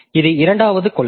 இது இரண்டாவது கொள்கை